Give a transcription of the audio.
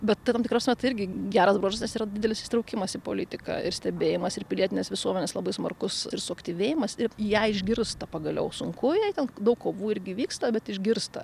bet tam tikra prasme tai irgi geras bruožas nes yra didelis įsitraukimas į politiką ir stebėjimas ir pilietinės visuomenės labai smarkus ir suaktyvėjimas ir ją išgirsta pagaliau sunku jai ten daug kovų irgi vyksta bet išgirsta